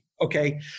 okay